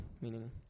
meaning